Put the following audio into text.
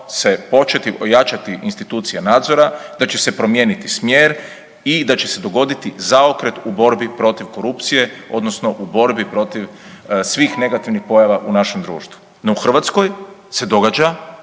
se početi jačati institucija nadzora, da će se promijeniti smjer i da će se dogoditi zaokret u borbi protiv korupcije, odnosno u borbi protiv svih negativnih pojava u našem društvu. No u Hrvatskoj se događa